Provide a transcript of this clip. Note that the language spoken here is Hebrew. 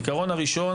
העיקרון הראשון,